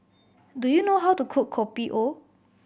do you know how to cook Kopi O